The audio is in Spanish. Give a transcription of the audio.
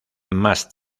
más